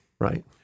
Right